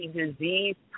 disease